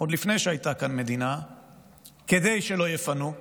עוד לפני שהייתה כאן מדינה כדי שלא יפנו,